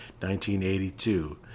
1982